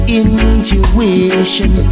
intuition